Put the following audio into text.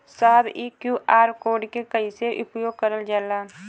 साहब इ QR code के कइसे उपयोग करल जाला?